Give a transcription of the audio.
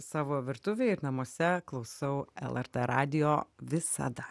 savo virtuvėj ir namuose klausau lrt radijo visada